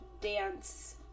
dance